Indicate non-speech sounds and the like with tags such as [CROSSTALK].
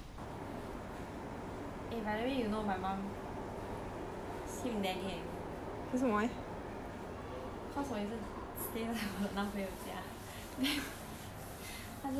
eh by the way you know my mum keep nagging at me cause 我一直 stay 在我的男朋友家 [LAUGHS] then 她就